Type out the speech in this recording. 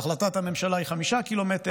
החלטת הממשלה היא 5 ק"מ,